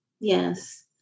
Yes